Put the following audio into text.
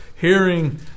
hearing